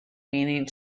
meaning